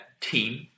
team